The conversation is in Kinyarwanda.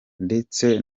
ndetse